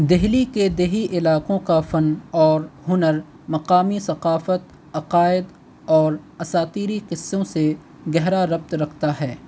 دہلی کے دیہی علاقوں کا فن اور ہنر مقامی ثقافت عقائد اور اساتری قصوں سے گہرا ربط رکھتا ہے